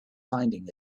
finding